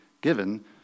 given